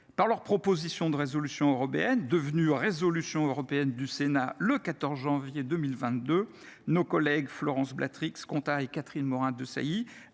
Par leur proposition de résolution européenne, devenue résolution européenne du Sénat le 14 janvier 2022, nos collègues Florence Blatrix Contat et Catherine Morin Desailly